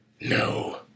No